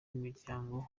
imiryango